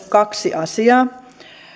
kaksi asiaa